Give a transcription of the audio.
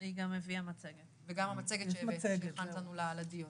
וגם המצגת שהכנת לנו לדיון,